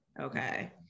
Okay